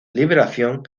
liberación